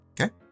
Okay